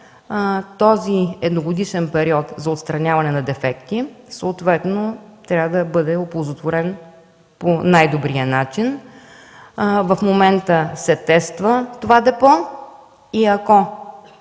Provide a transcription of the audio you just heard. Този едногодишен период за отстраняване на дефекти, съответно трябва да бъде оползотворен по най-добрия начин. В момента това депо се